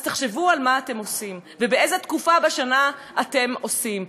אז תחשבו מה אתם עושים ובאיזו תקופה בשנה אתם עושים.